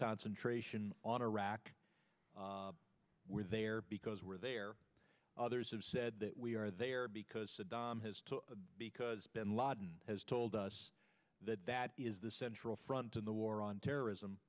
concentration on iraq there because we're there others have said that we are there because saddam has to because bin laden has told us that that is the central front in the war on terrorism